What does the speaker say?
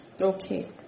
Okay